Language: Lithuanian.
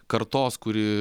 kartos kuri